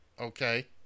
okay